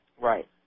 right